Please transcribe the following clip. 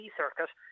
circuit